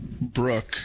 Brooke